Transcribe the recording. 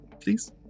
please